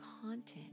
content